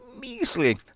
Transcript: measly